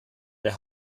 der